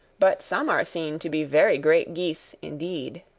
but some are seen to be very great geese indeed.